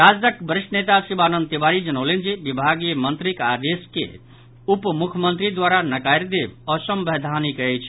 राजदक वरिष्ठ नेता शिवानंद तिवारी जनौलनि जे विभागीय मंत्रीक आदेश के उप मुख्यमंत्री द्वारा नकारि देव असंवैधानिक अछि